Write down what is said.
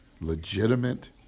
legitimate